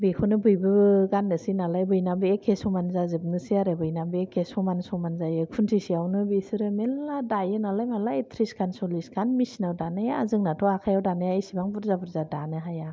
बेखौनो बयबो गाननोसै नालाय बयनाबो एक्के समान जाजोबनोसै आरो बयनाबो एक्के समान समान जायो खुन्थिसेयावनो बिसोरो मेल्ला दायोनालाय मालाय त्रिसखान सल्लिस खान मेसिनाव दानाया जोंनाथ' आखायाव दानाया इसेबां बुरजा बुरजा दानो हाया